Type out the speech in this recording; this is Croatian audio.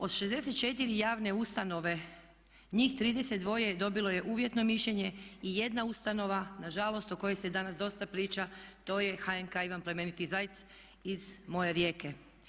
Od 64 javne ustanove njih 32 dobilo je uvjetno mišljenje i 1 ustanova nažalost o kojoj se danas dosta priča to je HNK Ivan pl. Zajc iz moje Rijeke.